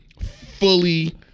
fully